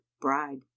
bride